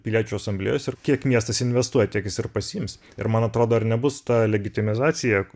piliečių asamblėjos ir kiek miestas investuoja tiek jis ir pasiims ir man atrodo ar nebus ta legitimizacija